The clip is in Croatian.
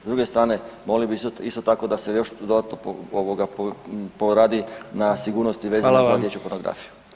S druge strane molio bih isto tako da se još dodatno poradi na sigurnosti vezano za dječju pornografiju.